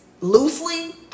loosely